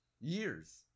years